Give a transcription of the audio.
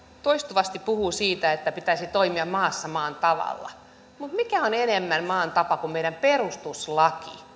toistuvasti puhuu siitä että pitäisi toimia maassa maan tavalla mutta mikä on enemmän maan tapa kuin meidän perustuslakimme